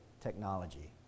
technology